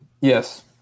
Yes